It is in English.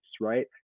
right